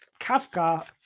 Kafka